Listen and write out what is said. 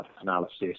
analysis